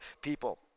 people